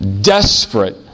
desperate